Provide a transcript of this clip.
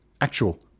actual